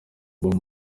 bob